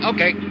Okay